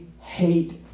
hate